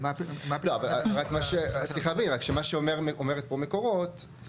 אבל צריך להבין שמה שאומרת פה ׳מקורות׳,